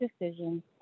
decision